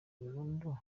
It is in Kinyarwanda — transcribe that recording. burundu